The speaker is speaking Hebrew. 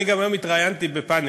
אני גם היום התראיינתי ב"פאנט",